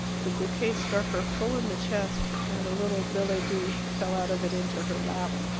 the bouquet struck her full in the chest, and a little billet-doux fell out of it into her lap.